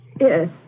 Yes